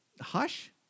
Hush